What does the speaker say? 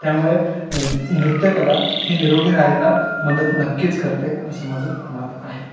त्यामुळे नृत्यकला ही निरोगी रहायला मदत नक्कीच करते असं माझं मत आहे